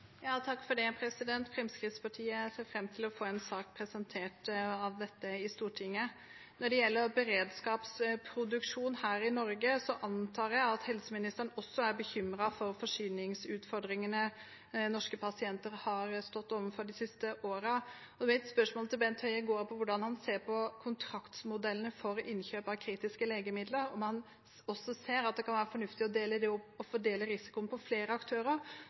Fremskrittspartiet ser fram til å få en sak om dette presentert i Stortinget. Når det gjelder beredskapsproduksjon her i Norge, antar jeg at helseministeren også er bekymret for forsyningsutfordringene norske pasienter har stått overfor de siste årene. Mitt spørsmål til Bent Høie går på hvordan han ser på kontraktsmodellene for innkjøp av kritiske legemidler – om han også ser at det kan være fornuftig å dele det opp og fordele risikoen på flere aktører,